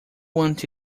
want